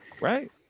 right